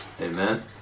Amen